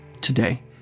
today